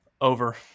Over